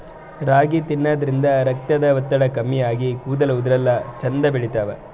ರಾಗಿ ತಿನ್ನದ್ರಿನ್ದ ರಕ್ತದ್ ಒತ್ತಡ ಕಮ್ಮಿ ಆಗಿ ಕೂದಲ ಉದರಲ್ಲಾ ಛಂದ್ ಬೆಳಿತಾವ್